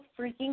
freaking